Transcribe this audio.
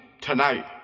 tonight